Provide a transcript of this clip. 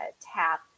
TAP